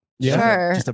Sure